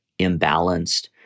imbalanced